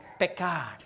pecar